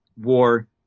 war